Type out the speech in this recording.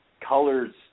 colors